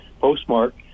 postmark